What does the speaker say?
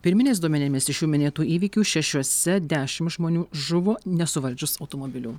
pirminiais duomenimis iš šių minėtų įvykių šešiuose dešim žmonių žuvo nesuvaldžius automobilių